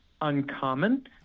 uncommon